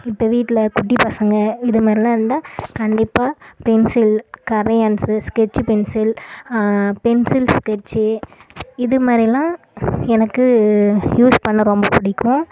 இப்போ வீட்டில் குட்டிப் பசங்கள் இது மாரிலாம் இருந்தால் கண்டிப்பாக pencil crayons sketch pencil pencil sketch இது மாதிரிலாம் எனக்கு யூஸ் பண்ண ரொம்ப பிடிக்கும்